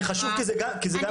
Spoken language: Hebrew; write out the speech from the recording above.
זה חשוב כי זה גם זיהום.